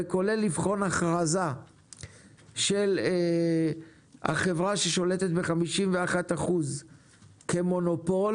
וכולל לבחון הכרזה של החברה ששולטת ב- 51% כמונופול,